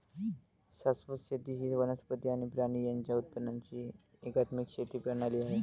शाश्वत शेती ही वनस्पती आणि प्राणी यांच्या उत्पादनाची एकात्मिक शेती प्रणाली आहे